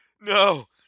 No